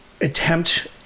attempt